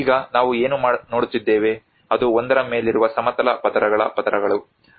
ಈಗ ನಾವು ಏನು ನೋಡುತ್ತಿದ್ದೇವೆ ಅದು ಒಂದರ ಮೇಲಿರುವ ಸಮತಲ ಪದರಗಳ ಪದರಗಳು